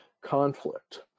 conflict